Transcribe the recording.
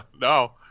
No